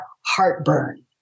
heartburn